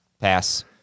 pass